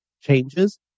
changes